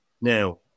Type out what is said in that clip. now